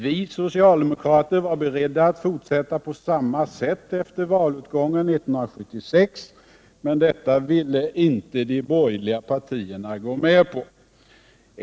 Vi socialdemokrater var beredda att fortsätta på samma sätt efter valutgången 1976, men detta ville inte de borgerliga partierna gå med på.